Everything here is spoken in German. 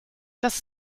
das